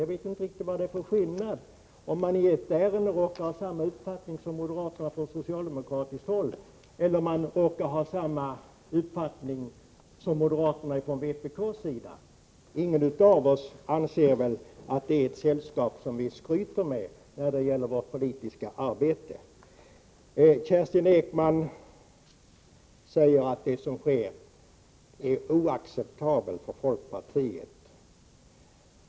Jag vet inte riktigt vad det är för skillnad mellan att socialdemokraterna i ett ärende råkar ha samma uppfattning som moderaterna och att vpk råkar ha samma uppfattning som moderaterna i en annan fråga. Ingen av oss anser väl att det är ett sällskap som vi skryter med när det gäller vårt politiska arbete. Kerstin Ekman säger att det som sker är oacceptabelt för folkpartiet.